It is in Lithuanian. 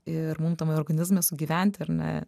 ir mum tame organizme sugyventi ar ne